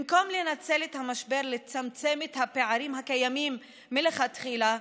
במקום לנצל את המשבר לצמצם את הפערים הקיימים מלכתחילה,